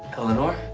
eleanor,